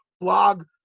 blog